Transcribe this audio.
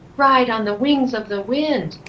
ride on the wings of the wind!